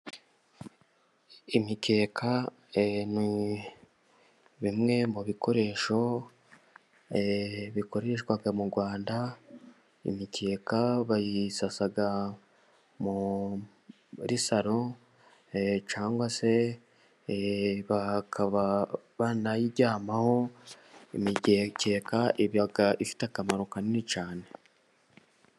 Imikeka ni bimwe mu bikoresho bikoreshwa mu rwanda, imikeka bayisasa muri saro, cyangwa se bakaba banayiryamaho, imigekeka iba ifite akamaro kanini cyane.